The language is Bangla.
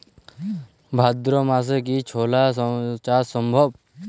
ভাদ্র মাসে কি ছোলা চাষ সম্ভব?